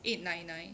eight nine nine